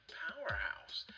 powerhouse